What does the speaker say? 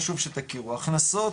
חשוב שתכירו, הכנסות